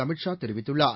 அமித் ஷா தெரிவித்துள்ளார்